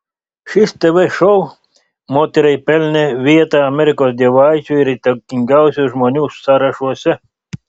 šis tv šou moteriai pelnė vietą amerikos dievaičių ir įtakingiausių žmonių sąrašuose